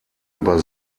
über